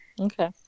Okay